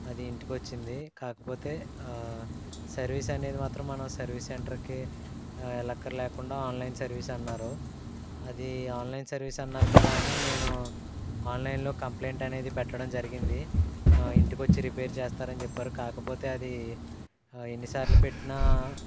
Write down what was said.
అది ఇంటికి వచ్చింది కాకపోతే సర్వీస్ అనేది మాత్రం మనం సర్వీస్ సెంటర్కి వెళ్ళక్కర లేదు ఆన్లైన్ సర్వీస్ అన్నారు అది ఆన్లైన్ సర్వీస్ అన్నారు కదా అని నేను ఆన్లైన్లో కంప్లెయింట్ అనేది పెట్టడం జరిగింది ఇంటికి వచ్చి రిపేర్ చేస్తారని చెప్పారు కాకపోతే అది ఎన్నిసార్లు పెట్టినా